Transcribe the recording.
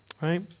right